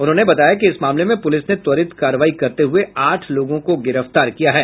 उन्होंने बताया कि इस मामले में पुलिस ने त्वरित कार्रवाई करते हुए आठ लोगों को गिरफ्तार किया है